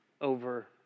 over